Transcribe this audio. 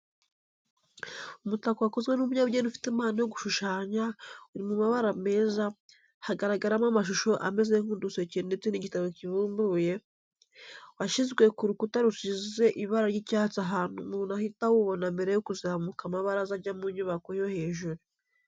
Umutako wakozwe n'umunyabugeni ufite impano yo gushushanya, uri mu mabara meza, hagaragaramo amashusho ameze nk'uduseke ndetse n'igitabo kibumbuye, washyizwe ku rukuta rusize ibara ry'icyatsi ahantu umuntu ahita awubona mbere yo kuzamuka amabaraza ajya mu nyubako yo hejuru.